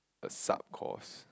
a sub course